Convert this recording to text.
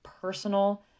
personal